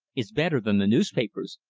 is better than the newspapers.